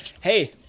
Hey